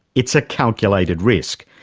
it's a calculated risk,